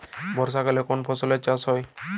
বর্ষাকালে কোন ফসলের চাষ হয়?